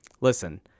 Listen